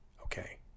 Okay